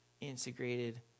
integrated